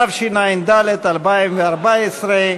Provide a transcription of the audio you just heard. התשע"ד 2014,